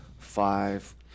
Five